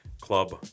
club